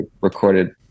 recorded